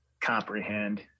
comprehend